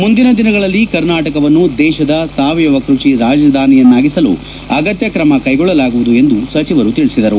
ಮುಂದಿನ ದಿನಗಳಲ್ಲಿ ಕರ್ನಾಟಕವನ್ನು ದೇಶದ ಸಾವಯವ ಕೃಷಿ ರಾಜಧಾನಿಯನ್ನಾಗಿಸಲು ಅಗತ್ಯ ಕ್ರಮ ಕೈಗೊಳ್ಳಲಾಗುವುದು ಎಂದು ಸಚಿವರು ತಿಳಿಸಿದರು